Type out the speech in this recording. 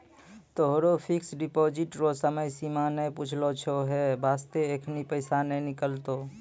तोहरो fixed deposit रो समय सीमा नै पुरलो छौं है बास्ते एखनी पैसा नै निकलतौं